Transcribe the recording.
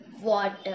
water